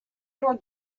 your